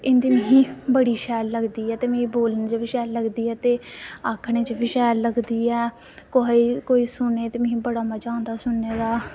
हिंदी जेह्ड़ी मिगी बड़ी शैल लगदी ऐ ते बोलनऽ गी बी शैल लगदी ऐ ते आक्खनै च बी शैल लगदी ऐ कोई सुने ते मिगी बड़ा मज़ा आंदा सुनने दा